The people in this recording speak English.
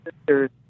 sister's